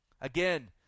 Again